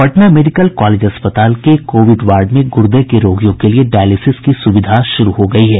Patna medical college अस्पताल के Covid ward में गुर्दे के रोगियों के लिए डायलिसिस की सुविधा शुरू हो गयी है